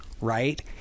right